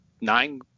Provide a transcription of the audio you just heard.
nine